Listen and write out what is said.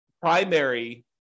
primary